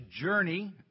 journey